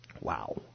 wow